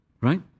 right